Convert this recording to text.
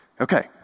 Okay